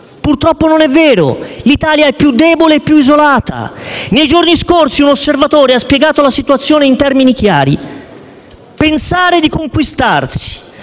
purtroppo non è vero: l'Italia è più debole e più isolata. Nei giorni scorsi un osservatore ha spiegato la situazione in termini chiari: pensare di conquistarsi